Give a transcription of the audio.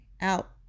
out